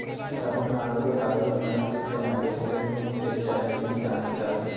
तमिलनाडु के बरगुर नस्ल के मवेशी अपनी तेज चाल के लिए जाने जाते हैं